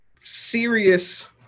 serious